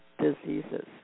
diseases